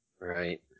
Right